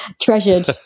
Treasured